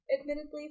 admittedly